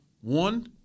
one